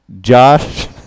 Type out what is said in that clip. josh